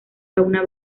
fauna